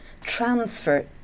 transfer